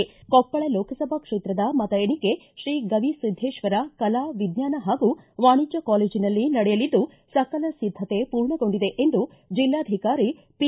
ಕೊಪ್ಪಳ ಲೋಕಸಭಾ ಕ್ಷೇತ್ರದ ಮತ ಎಣಿಕೆ ಶ್ರೀ ಗವಿಸಿದ್ದೇಶ್ವರ ಕಲಾ ವಿಜ್ಞಾನ ಹಾಗೂ ವಾಣಿಜ್ಯ ಕಾಲೇಜನಲ್ಲಿ ನಡೆಯಲಿದ್ದು ಸಕಲ ಸಿದ್ದತೆ ಪೂರ್ಣಗೊಂಡಿವೆ ಎಂದು ಜಿಲ್ಲಾಧಿಕಾರಿ ಪಿ